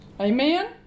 Amen